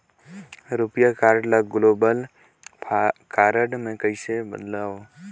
रुपिया कारड ल global card मे कइसे बदलव?